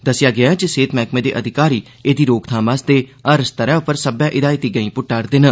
दस्सेया गेया ऐ जे सेहत मैहकमे दे अधिकारी एदी रोकथाम आस्तै हर स्तर उप्पर सब्बै हिदायती गैहीं पुट्टा रदे न